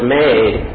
made